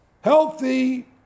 healthy